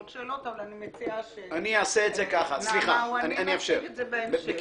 אבל אני מציעה שנעמה או אני נציג את זה בהמשך.